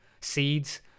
seeds